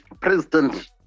President